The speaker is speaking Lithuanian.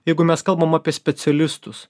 jeigu mes kalbam apie specialistus